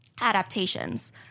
adaptations